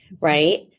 Right